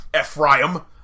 Ephraim